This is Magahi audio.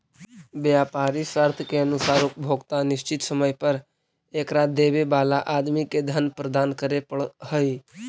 व्यापारी शर्त के अनुसार उपभोक्ता निश्चित समय पर एकरा देवे वाला आदमी के धन प्रदान करे पड़ऽ हई